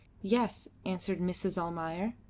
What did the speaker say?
yes, answered mrs. almayer.